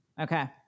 okay